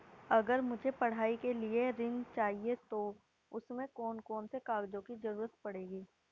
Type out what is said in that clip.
अगर मुझे पढ़ाई के लिए ऋण चाहिए तो उसमें कौन कौन से कागजों की जरूरत पड़ेगी?